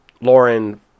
Lauren